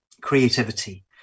creativity